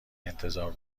انتظار